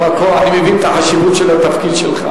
אני מבין את החשיבות של התפקיד שלך,